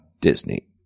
Disney